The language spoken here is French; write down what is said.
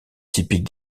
typique